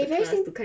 they very 心